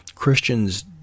Christians